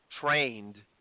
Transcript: trained